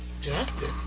Justin